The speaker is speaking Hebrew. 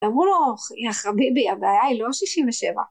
‫אמרו לו, יא חביבי, ‫הבעיה היא לא 67.